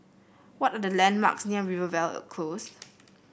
what are the landmarks near Rivervale Close